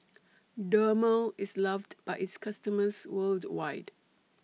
Dermale IS loved By its customers worldwide